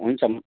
हुन्छ